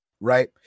Right